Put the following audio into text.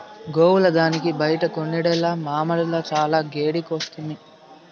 గోవుల దానికి బైట కొనుడేల మామడిల చానా గెడ్డి కోసితిమి